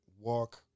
walk